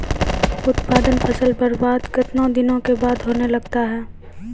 उत्पादन फसल बबार्द कितने दिनों के बाद होने लगता हैं?